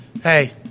hey